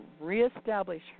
reestablish